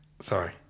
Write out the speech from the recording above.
sorry